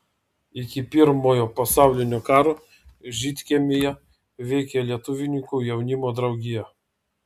iki pirmojo pasaulinio karo žydkiemyje veikė lietuvininkų jaunimo draugija